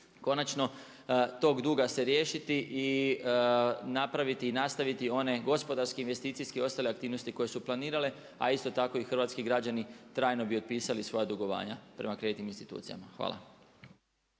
konačno tog duga se riješiti i nastaviti i napraviti one gospodarske, investicijske i ostale aktivnosti koje su planirale, a isto tako i hrvatski građani trajno bi otpisali svoja dugovanja prema kreditnim institucijama. Hvala.